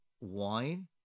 wine